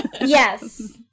Yes